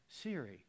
Siri